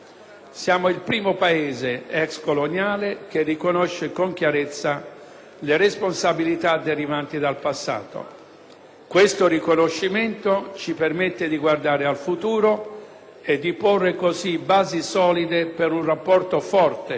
Siamo il primo Paese ex coloniale che riconosce con chiarezza le responsabilità derivanti dal passato. Questo riconoscimento ci permette di guardare al futuro e di porre così basi solide per un rapporto forte